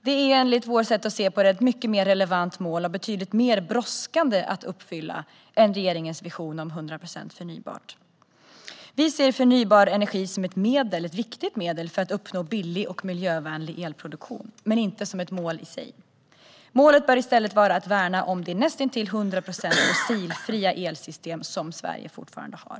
Det är enligt vårt sätt att se på det ett mycket mer relevant mål och betydligt mer brådskande att uppfylla än regeringens vision om 100 procent förnybart. Vi ser förnybar energi som ett viktigt medel för att uppnå billig och miljövänlig elproduktion, men inte som ett mål i sig. Målet bör i stället vara att värna om det näst intill 100 procent fossilfria elsystem som Sverige fortfarande har.